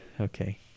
Okay